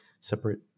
separate